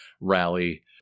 rally